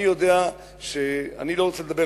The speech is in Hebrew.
אני לא רוצה לדבר,